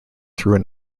through